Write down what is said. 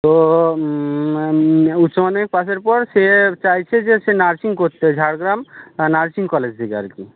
তো উচ্চমাধ্যমিক পাশের পর সে চাইছে যে সে নার্সিং করতে ঝাড়গ্রাম নার্সিং কলেজ থেকে আর কি